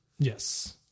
Yes